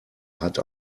hat